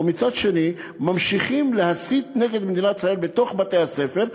ומצד שני ממשיכים להסית נגד מדינת ישראל בתוך בתי-הספר,